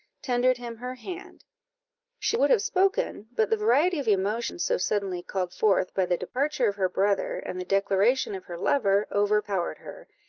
tendered him her hand she would have spoken, but the variety of emotion so suddenly called forth by the departure of her brother, and the declaration of her lover, overpowered her,